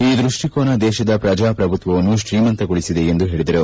ಈ ದೃಷ್ಷಿಕೋನ ದೇಶದ ಪ್ರಜಾಪ್ರಭುತ್ವವನ್ನು ತ್ರೀಮಂತಗೊಳಿಸಿದೆ ಎಂದು ಹೇಳಿದರು